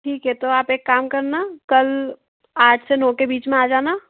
ठीक है तो आप एक काम करना कल आठ से नौ के बीच में आ जाना